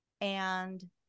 and-